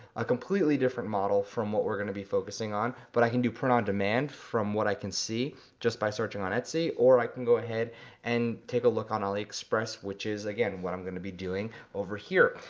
a completely different model from what we're gonna be focusing on, but i can do print on-demand from what i can see just by searching on etsy, or i can go ahead and take a look on aliexpress which is, again, what i'm gonna be doing over here.